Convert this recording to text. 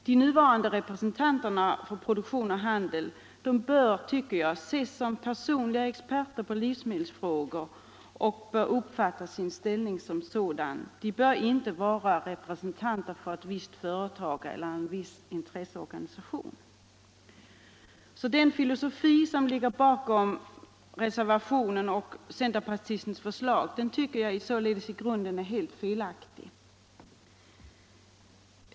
De nuvarande representanterna för produktion och handel bör, tycker jag, ses som personliga experter på livsmedelsfrågor och uppfatta sin ställning som sådan. De bör inte vara representanter för ett visst företag eller en viss intresseorganisation. Den filosofi som ligger bakom reservationen och centerpartisternas förslag tycker jag således i grunden är helt felaktig.